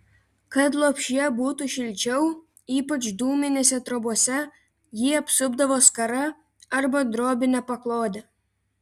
kad lopšyje būtų šilčiau ypač dūminėse trobose jį apsupdavo skara arba drobine paklode